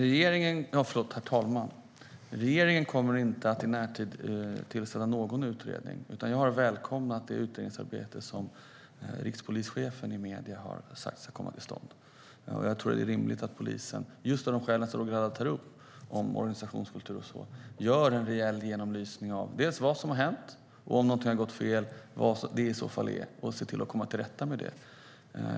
Herr talman! Regeringen kommer inte att tillsätta någon utredning i närtid, utan jag har välkomnat det utredningsarbete som rikspolischefen i medierna har sagt ska komma till stånd. Jag tror att det är rimligt att polisen av just de skäl som Roger Haddad tar upp - organisationskultur och sådant - gör en rejäl genomlysning av dels vad som har hänt, dels om någonting har gått fel och vad det i så fall är och ser till att komma till rätta med det.